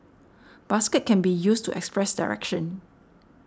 basket can be used to express direction